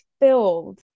filled